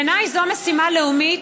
בעיניי זו משימה לאומית,